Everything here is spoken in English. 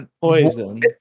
poison